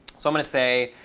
so i'm going to say